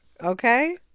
Okay